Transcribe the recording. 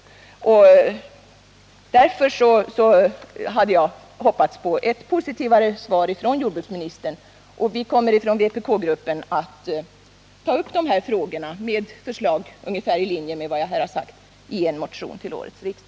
Därför hade jag hoppats på ett positivare svar från jordbruksministern. Vpk-gruppen kommer att ta upp de här frågorna och ställa förslag i linje med vad jag här har sagt i en motion till årets riksdag.